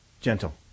gentle